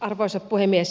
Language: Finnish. arvoisa puhemies